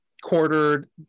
quartered